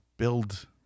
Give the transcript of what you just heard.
Build